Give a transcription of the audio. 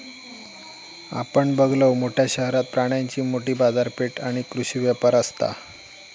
आपण बघलव, मोठ्या शहरात प्राण्यांची मोठी बाजारपेठ आणि कृषी व्यापार असता